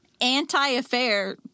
anti-affair